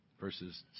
Verses